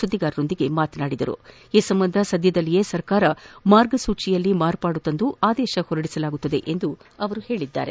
ಸುದ್ದಿಗಾರರೊಂದಿಗೆ ಮಾತನಾಡುತ್ತಿದ್ದ ಸಚಿವರು ಈ ಸಂಬಂಧ ತೀಪುದಲ್ಲಿಯೇ ಸರ್ಕಾರ ಮಾರ್ಗಸೂಚಿಯಲ್ಲಿ ಬದಲಾವಣೆ ತಂದು ಆದೇಶ ಹೊರಡಿಸಲಾಗುವುದು ಎಂದು ಅವರು ಹೇಳಿದ್ದಾರೆ